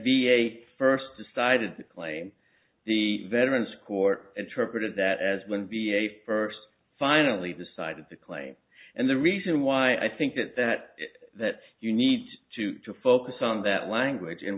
eighth first decided to claim the veterans court interpreted that as when be a first finally decided to claim and the reason why i think that that that you need to focus on that language